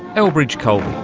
elbridge colby.